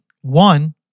one